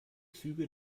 züge